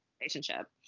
relationship